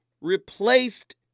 replaced